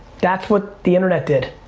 that's what the internet did.